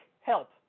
help